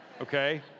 okay